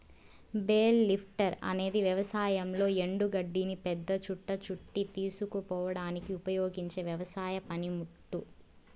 bale lifter అనేది వ్యవసాయంలో ఎండు గడ్డిని పెద్ద చుట్ట చుట్టి తీసుకుపోవడానికి ఉపయోగించే వ్యవసాయ పనిముట్టు